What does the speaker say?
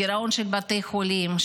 גירעון של בתי החולים,